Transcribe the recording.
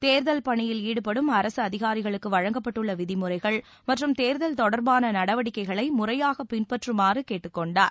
தேர்தல் பணியில் ஈடுபடும் அரசு அதிகாரிகளுக்கு வழங்கப்பட்டுள்ள விதிமுறைகள் மற்றும் தேர்தல் தொடர்பான நடவடிக்கைகளை முறையாக பின்பற்றுமாறு கேட்டுக் கொண்டார்